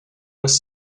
was